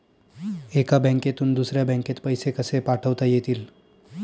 एका बँकेतून दुसऱ्या बँकेत पैसे कसे पाठवता येतील?